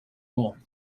more